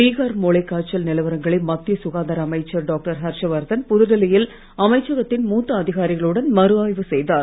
பீகார் மூளைக் காய்ச்சல் நிலவரங்களை மத்திய சுகாதார அமைச்சர் டாக்டர் ஹர்ஷவர்தன் புதுடெல்லியில் அமைச்சகத்தின் மூத்த அதிகாரிகளுடன் மறுஆய்வு செய்தார்